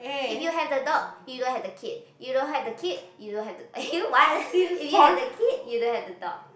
if you have the dog you don't have the kid you don't have the kid you don't have the you know what if you have the kid you don't have the dog